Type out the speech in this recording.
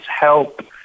help